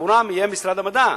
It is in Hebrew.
עבורם יהיה משרד המדע.